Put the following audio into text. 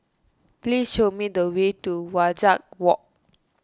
please show me the way to Wajek Walk